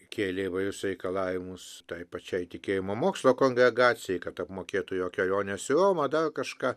kėlė įvairius reikalavimus tai pačiai tikėjimo mokslo kongregacijai kad apmokėtų jo keliones į romą dar kažką